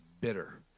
bitter